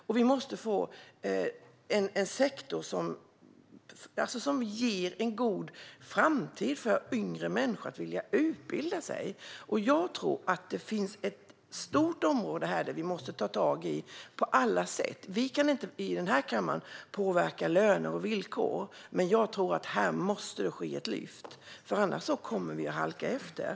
Det måste bli en sektor som ger en god framtid för yngre människor, så att de vill utbilda sig för den. Jag tror att det finns ett stort område som vi måste ta tag i på alla sätt. Vi i den här kammaren kan inte påverka löner och villkor. Men jag tror att det måste ske ett lyft här; annars kommer vi att halka efter.